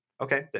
Okay